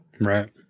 Right